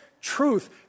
truth